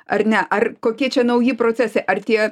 ar ne ar kokie čia nauji procesai ar tie